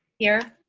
here.